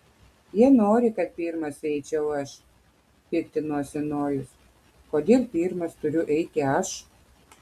jie nori kad pirmas eičiau aš piktinosi nojus kodėl pirmas turiu eiti aš